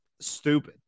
stupid